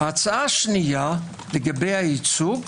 ההצעה השנייה לגבי הייצוג,